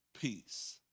peace